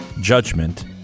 judgment